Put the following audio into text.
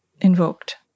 invoked